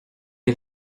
est